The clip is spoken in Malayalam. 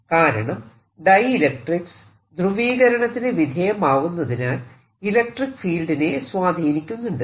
കാരണം ഡൈഇലക്ട്രിക്സ് ധ്രുവീകരണത്തിന് വിധേയമാവുന്നതിനാൽ ഇലക്ട്രിക്ക് ഫീൽഡിനെ സ്വാധീനിക്കുന്നുണ്ട്